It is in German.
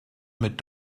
mit